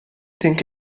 think